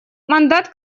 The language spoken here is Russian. мандат